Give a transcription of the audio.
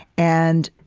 and